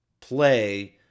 play